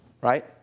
right